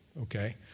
okay